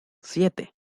siete